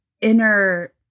inner